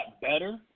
better